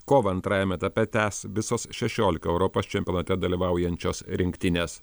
kovą antrajame etape tęs visos šešiolika europos čempionate dalyvaujančios rinktinės